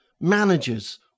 managers